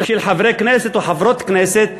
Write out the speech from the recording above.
של חברי כנסת או חברות כנסות,